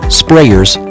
sprayers